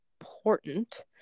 important